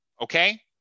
Okay